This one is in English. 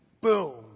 boom